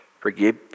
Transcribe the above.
Forgive